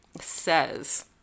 says